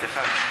אחד.